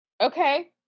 Okay